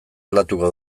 aldatuko